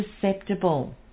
susceptible